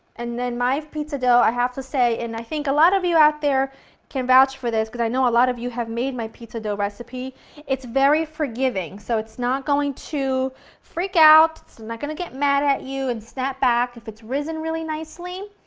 and then my pizza dough, i have to say, and i think a lot of you out there can vouch for this, because i know lot of you have made my pizza dough recipe it's very forgiving so it's not going to freak out, it's not going to get mad at you and snap back. if it's risen really nicely,